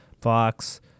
Fox